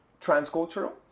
Transcultural